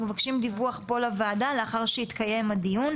אנחנו מבקשים דיווח פה לוועדה לאחר שיתקיים הדיון,